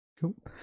Cool